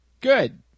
Good